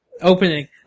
opening